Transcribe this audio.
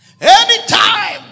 Anytime